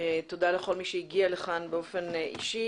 תודה לכל מי שהגיע לכאן באופן אישי.